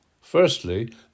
firstly